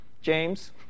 James